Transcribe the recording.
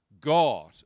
God